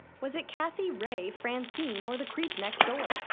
was it kathy, ray, francine, or the creep next door?